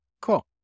cool